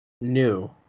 New